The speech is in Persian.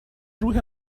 روح